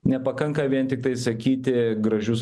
nepakanka vien tiktai sakyti gražius